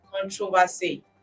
controversy